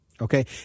Okay